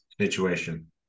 situation